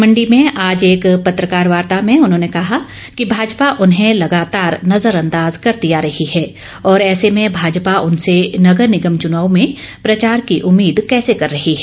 मंडी में आज एक पत्रकार वार्ता में उन्होंने कहा कि भाजपा उन्हें लगातार नजरअंदाज करती आ रही हैं और ऐसे में भाजपा उनसे नगर निगम चुनाव में प्रचार की उम्मीद कैसे कर रही हैं